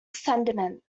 sentiment